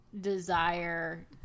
desire